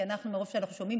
כי מרוב שאנחנו שומעים,